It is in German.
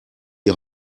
die